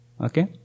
Okay